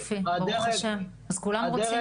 יופי, ברוך השם, אז כולם רוצים.